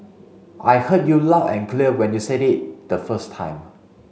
I heard you loud and clear when you said it the first time